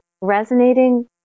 resonating